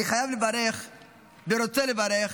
אני חייב לברך ורוצה לברך